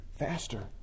Faster